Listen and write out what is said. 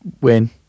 win